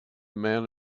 man